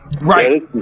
Right